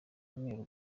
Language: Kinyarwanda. umweru